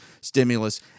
stimulus